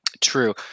true